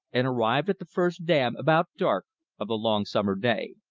and arrived at the first dam about dark of the long summer day.